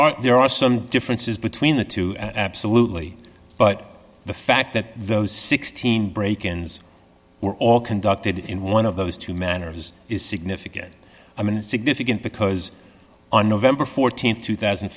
are there are some differences between the two absolutely but the fact that those sixteen break ins were all conducted in one of those two manners is significant i mean it's significant because on november th two thousand